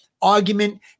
argument